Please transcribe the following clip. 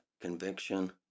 conviction